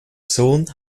sohn